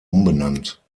umbenannt